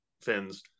fins